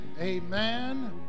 Amen